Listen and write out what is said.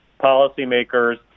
policymakers